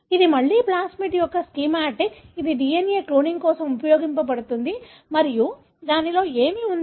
ఇది మళ్లీ ప్లాన్మిడ్ యొక్క స్కీమాటిక్ ఇది DNA క్లోనింగ్ కోసం ఉపయోగించబడుతుంది మరియు దానిలో ఏమి ఉంది